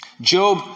Job